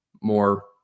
more